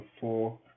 four